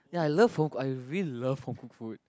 ya I love home cook I really love home cook food